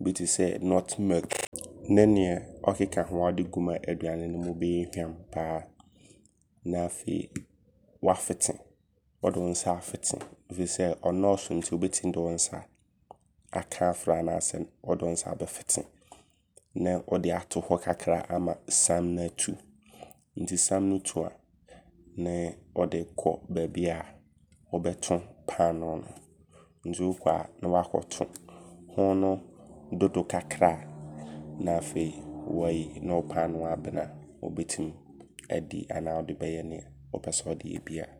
Bi tesɛ nutmeg ne nea ɔkeka ho a wode gum a aduane no mu bɛyɛ hwam paa. Na afei wafete. Wode wo nsa afete. Firi sɛ ɔnnɔɔso nti wobɛtim de wo nsa aka afra anaa sɛ wode nsa afete. Ne wode ato hɔ kakra ama sam no atu. Nti sam no tu a, nee wode kɔ baabia wobɛto paanoo no. Nti wokɔ a ne wakɔto. Hoo no dodo kakra a na afei wayi. Ne wo paanoo no abene a wobɛtim adi. Anaa wode bɛyɛ neɛ wopɛsɛ wode yɛ biaa.